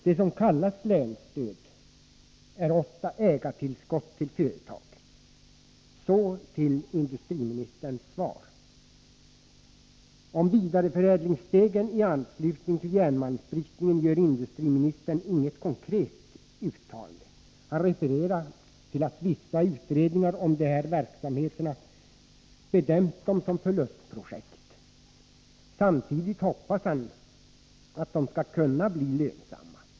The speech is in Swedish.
Det som kallas länsstöd är ofta ägartillskott till företag. Så till industriministerns svar. Om vidareförädlingsstegen i anslutning till järnmalmsbrytningen gör industriministern inget konkret uttalande. Han refererar till att vissa utredningar om de här verksamheterna bedömt dem som förlustprojekt. Samtidigt hoppas han att de skall kunna bli lönsamma.